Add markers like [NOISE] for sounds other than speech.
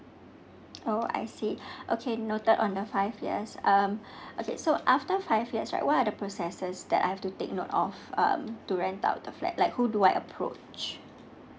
oh I see [BREATH] okay noted on the five years um okay so after five years right what are the processes that I have to take note of um to rent out the flat like who do I approach